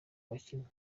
bakinnyi